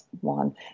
one